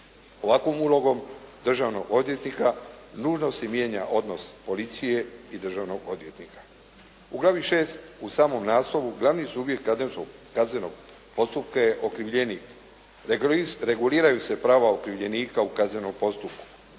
Ovakvom ulogom državnog odvjetnika nužno se mijenja odnos policije i državnog odvjetnika. U glavi 6. u samom naslovu glavni subjekt kaznenog postupka je okrivljenik. Reguliraju se prava okrivljenika u kaznenom postupku.